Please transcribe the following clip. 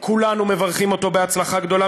כולנו מברכים אותו בהצלחה גדולה.